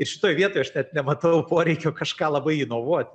ir šitoj vietoj aš net nematau poreikio kažką labai inovuot